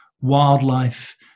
wildlife